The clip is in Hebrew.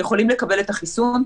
יכולים לקבל את החיסון.